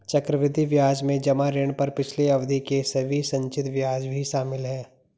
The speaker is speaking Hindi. चक्रवृद्धि ब्याज में जमा ऋण पर पिछली अवधि के सभी संचित ब्याज भी शामिल हैं